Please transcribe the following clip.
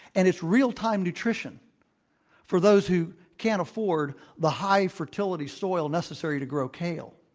and it's real-time nutrition for those who can't afford the high-fertility soil necessary to grow kale,